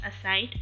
aside